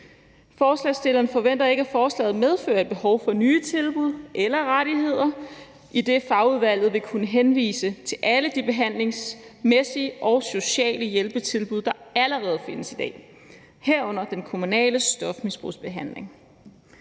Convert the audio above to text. Forslagsstillerne forventer ikke, at forslaget medfører et behov for nye tilbud eller rettigheder, idet fagudvalget vil kunne henvise til alle de behandlingsmæssige og sociale hjælpetilbud, der allerede findes i dag, herunder den kommunale stofmisbrugsbehandling.